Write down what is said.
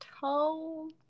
toe